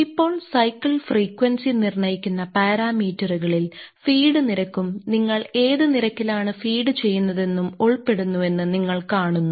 ഇപ്പോൾ cycle frequency നിർണ്ണയിക്കുന്ന പാരാമീറ്ററുകളിൽ ഫീഡ് നിരക്കും നിങ്ങൾ ഏത് നിരക്കിലാണ് ഫീഡ് ചെയ്യുന്നതെന്നും ഉൾപ്പെടുന്നുവെന്ന് നിങ്ങൾ കാണുന്നു